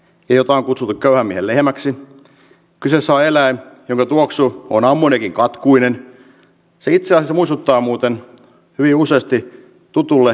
iltaa kutsutkaan hellemmäksi ja kysy iso eläin tuoksu on ammoniakinkatkuinen seitsemän samuusuttaa muuten viu säästöt tutulle